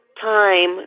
time